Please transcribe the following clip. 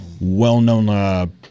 well-known